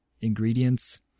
ingredients